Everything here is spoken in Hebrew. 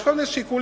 יש כל מיני שיקולים